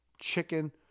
chicken